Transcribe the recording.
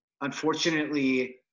unfortunately